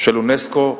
של אונסק"ו,